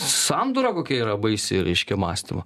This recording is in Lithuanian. sandūra kokia yra baisi reiškia mąstymo